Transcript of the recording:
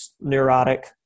neurotic